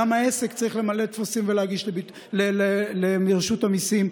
למה עסק צריך למלא טפסים ולהגיש לרשות המיסים?